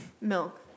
Milk